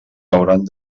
hauran